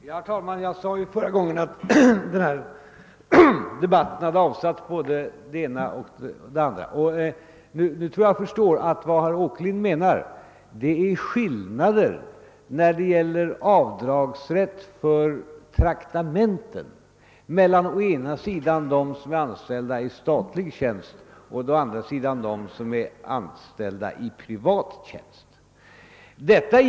Herr talman! Som jag sade förra gången har denna debatt avsatt en hel del resultat. Nu tror jag mig förstå att vad herr Åkerlind menar är skillnader i avdragsrätten för traktamenten mellan å ena sidan människor anställda i statlig tjänst och å andra sidan anställda i privat tjänst.